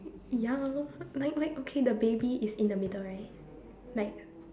ya like like okay the baby is in the middle right like